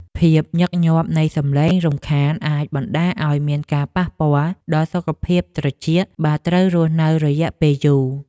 ភាពញឹកញាប់នៃសំឡេងរំខានអាចបណ្តាលឱ្យមានការប៉ះពាល់ដល់សុខភាពត្រចៀក បើត្រូវរស់នៅរយៈពេលយូរ។